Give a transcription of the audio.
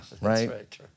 Right